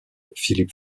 philip